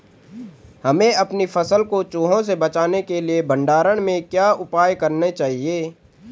हमें अपनी फसल को चूहों से बचाने के लिए भंडारण में क्या उपाय करने चाहिए?